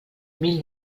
mil